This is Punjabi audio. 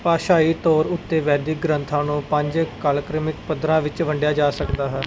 ਭਾਸ਼ਾਈ ਤੌਰ ਉੱਤੇ ਵੈਦਿਕ ਗ੍ਰੰਥਾਂ ਨੂੰ ਪੰਜ ਕਾਲਕ੍ਰਮਿਕ ਪੱਧਰਾਂ ਵਿੱਚ ਵੰਡਿਆ ਜਾ ਸਕਦਾ ਹੈ